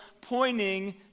pointing